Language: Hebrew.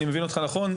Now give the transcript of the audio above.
אם אני מבין אותך נכון,